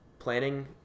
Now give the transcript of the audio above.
Planning